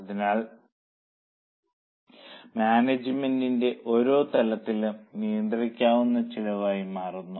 അതിനാൽ മാനേജ്മെന്റിന്റെ ഓരോ തലത്തിലും നിയന്ത്രിക്കാവുന്ന ചെലവ് മാറുന്നു